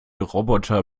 roboter